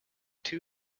two